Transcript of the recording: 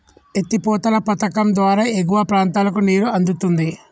ఎత్తి పోతల పధకం ద్వారా ఎగువ ప్రాంతాలకు నీరు అందుతుంది